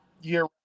year